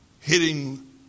hitting